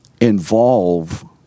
involve